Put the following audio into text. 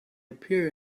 appear